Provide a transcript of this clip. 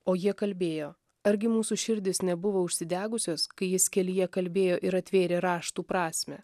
o jie kalbėjo argi mūsų širdys nebuvo užsidegusios kai jis kelyje kalbėjo ir atvėrė raštų prasmę